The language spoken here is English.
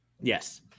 Yes